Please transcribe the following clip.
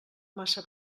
massa